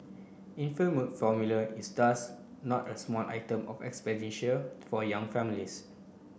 infant milk formula is thus not a small item of expenditure for young families